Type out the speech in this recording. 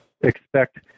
expect